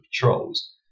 patrols